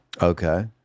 okay